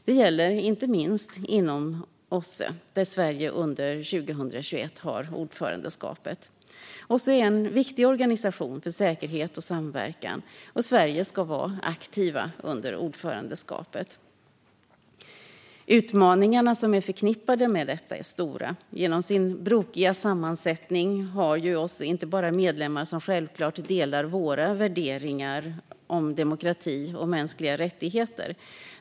Det gäller inte minst inom OSSE, där Sverige under 2021 har ordförandeskapet. OSSE är en viktig organisation för säkerhet och samverkan, och Sverige ska vara aktivt under ordförandeskapet. Utmaningarna som är förknippade med detta är stora. Genom sin brokiga sammansättning har ju OSSE inte bara medlemmar som självklart delar våra värderingar om demokrati och mänskliga rättigheter.